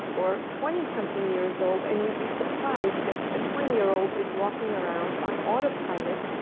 or twenty something years old and you'd be surprised that the twenty year old is walking around on autopilot,